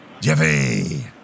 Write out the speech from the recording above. Jeffy